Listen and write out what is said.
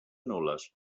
nul·les